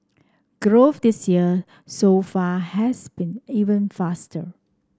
growth this year so far has been even faster